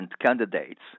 candidates